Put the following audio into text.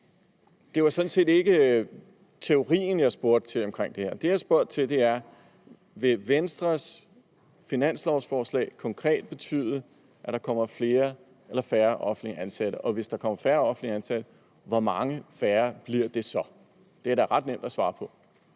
Det var sådan set ikke teorien, jeg spurgte til. Det, jeg spurgte om, var: Vil Venstres finanslovsforslag konkret betyde, at der kommer flere eller færre offentligt ansatte? Og hvis der kommer færre offentligt ansatte, hvor mange færre bliver det så? Det er da ret nemt at svare på.